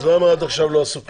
אז למה עד עכשיו לא עשו כלום,